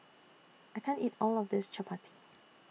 I can't eat All of This Chapati